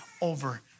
over